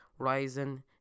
Ryzen